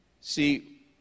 See